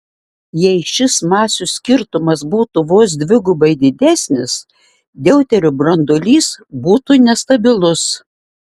jei šis masių skirtumas būtų vos dvigubai didesnis deuterio branduolys būtų nestabilus